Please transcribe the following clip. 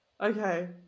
Okay